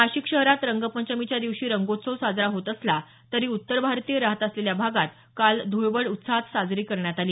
नाशिक शहरात रंगपंचमीच्या दिवशी रंगोत्सव साजरा होत असला तरी उत्तर भारतीय राहत असलेल्या भागात काल धुळवड उत्साहात साजरी करण्यात आली